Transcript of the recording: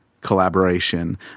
collaboration